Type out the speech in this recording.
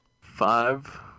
Five